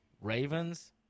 Ravens